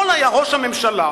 יכול היה ראש הממשלה,